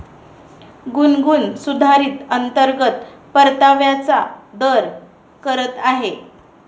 गुनगुन सुधारित अंतर्गत परताव्याचा दर करत आहे